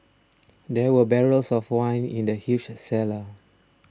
there were barrels of wine in the huge cellar